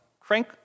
Crank